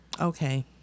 Okay